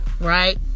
right